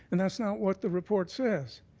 and that's not what the report says.